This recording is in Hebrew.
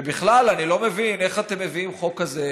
ובכלל, אני לא מבין איך אתם מביאים חוק כזה,